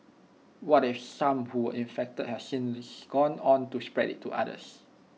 what if some who were infected have since gone on to spread IT to others